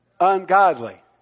Ungodly